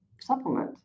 supplement